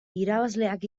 irabazleak